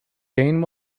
dane